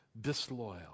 disloyal